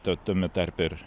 tad tame tarpe ir